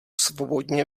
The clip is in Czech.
svobodně